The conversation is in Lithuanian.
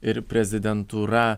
ir prezidentūra